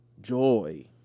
joy